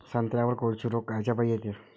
संत्र्यावर कोळशी रोग कायच्यापाई येते?